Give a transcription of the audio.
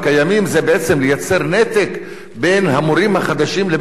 זה בעצם לייצר נתק בין המורים החדשים לבין התלמידים,